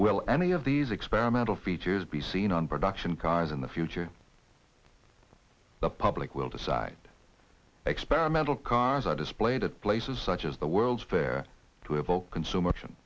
will any of these experimental features be seen on production cars in the future the public will decide experimental cars are displayed at places such as the world's fair to evoke consumer action